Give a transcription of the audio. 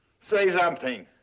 say something!